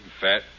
fat